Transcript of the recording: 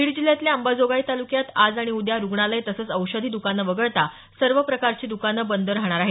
बीड जिल्ह्याच्या अंबाजोगाई तालुक्यात आज आणि उद्या रुग्णालय तसंच औषधी दकानं वगळता प्रकारची दकानं बंद राहणार आहेत